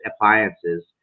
appliances